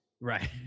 Right